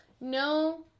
No